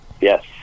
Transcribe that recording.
Yes